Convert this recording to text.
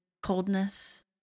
coldness